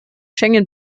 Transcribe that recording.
schengen